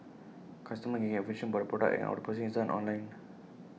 customers can get information about the product and all the processing is online